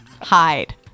hide